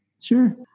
Sure